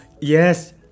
Yes